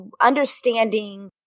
understanding